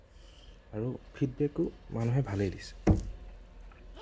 আৰু ফিডবেকো মানুহে ভালেই দিছে